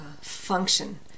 function